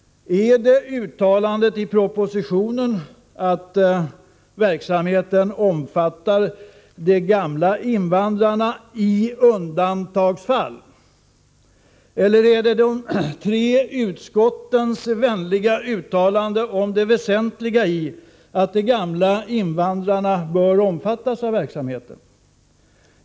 Är det uttalandet i propositionen, att verksamheten omfattar de gamla invandrarna ”i undantagsfall”? Är det de tre utskottens vänliga uttalanden om det väsentliga i att de gamla invandrarna bör omfattas av verksamheten?